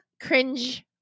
cringe-